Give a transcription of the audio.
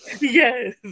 Yes